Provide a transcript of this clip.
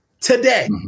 Today